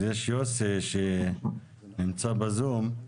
אז יוסי שנמצא בזום,